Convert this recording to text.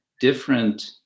different